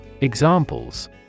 Examples